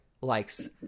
likes